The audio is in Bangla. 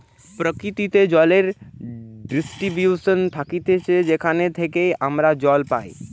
প্রকৃতিতে জলের ডিস্ট্রিবিউশন থাকতিছে যেখান থেইকে আমরা জল পাই